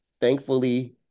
thankfully